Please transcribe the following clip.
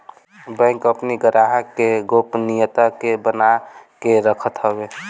bank अपनी ग्राहक के गोपनीयता के बना के रखत हवे